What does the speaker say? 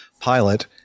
pilot